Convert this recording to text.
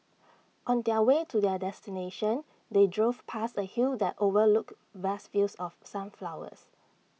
on their way to their destination they drove past A hill that overlooked vast fields of sunflowers